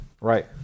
Right